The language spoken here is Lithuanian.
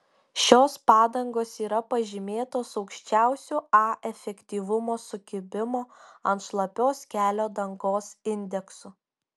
šios padangos yra pažymėtos aukščiausiu a efektyvumo sukibimo ant šlapios kelio dangos indeksu